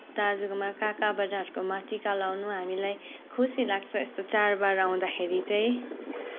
दाजुकोमा काका बडाहरूकोमा टिको लगाउनु हामीलाई खुसी लाग्छ यस्तो चाडबाड आउँदाखेरि चाहिँ